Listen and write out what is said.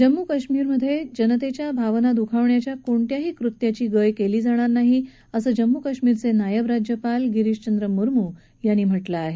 जम्मू काश्मिरमधल्या जनतेच्या भावना दुखावण्याच्या कोणत्याही कृत्याची गय केली जाणार नाही असं जम्मू काश्मिरचे नायब राज्यपाल गिरीशचंद्र मुरमू यांनी म्हटलं आहे